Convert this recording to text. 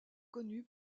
connu